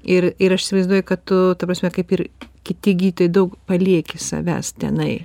ir ir aš įsivaizduoju kad tu ta prasme kaip ir kiti gydytojai daug palieki savęs tenai